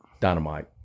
Dynamite